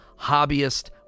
hobbyist